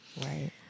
Right